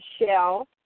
Michelle